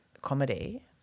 comedy